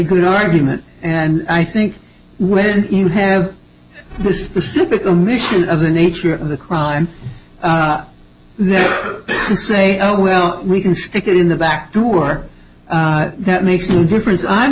good argument and i think when you have specific a mission of the nature of the crime then you say oh well we can stick it in the back door that makes no difference i'm